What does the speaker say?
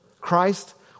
Christ